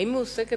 האם מועסקת,